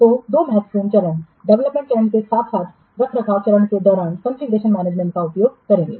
तो दो महत्वपूर्ण चरण डेवलपमेंट चरण के साथ साथ रखरखाव चरण के दौरान कॉन्फ़िगरेशनमैनेजमेंट का उपयोग करेंगे